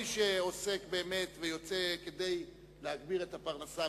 מי שעוסק באמת ויוצא כדי להגביר את הפרנסה,